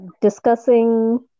discussing